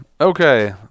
Okay